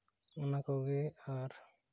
ᱚᱱᱟ ᱠᱚᱜᱮ ᱟᱨ